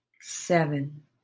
seven